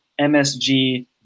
MSG